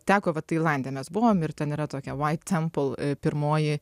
teko va tailande mes buvom ir ten yra tokia vait tempol pirmoji